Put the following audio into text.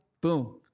boom